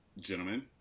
gentlemen